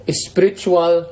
spiritual